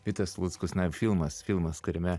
vitas luckus na filmas filmas kuriame